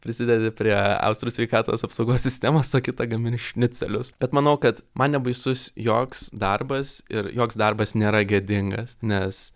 prisidedi prie austrų sveikatos apsaugos sistemos o kitą gamini šnicelius bet manau kad man nebaisus joks darbas ir joks darbas nėra gėdingas nes